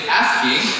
asking